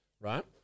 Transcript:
right